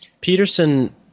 Peterson